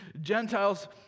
Gentiles